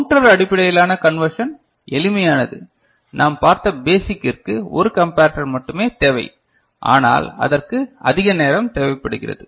counter அடிப்படையிலான conversion எளிமையானது நாம் பார்த்த பேசிக் இருக்கு ஒரு கம்பரட்டர் மட்டுமே தேவை ஆனால் அதற்கு அதிக நேரம் தேவைப்படுகிறது